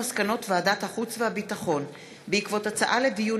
מסקנות ועדת החוץ והביטחון בעקבות דיון